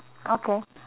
okay